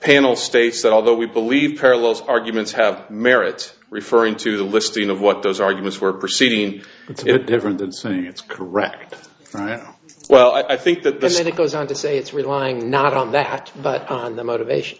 panel states that although we believe parallels arguments have merit referring to the listing of what those arguments were proceeding it's different than saying it's correct well i think that the senate goes on to say it's relying not on that but on the motivation